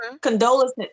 condolences